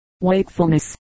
Wakefulness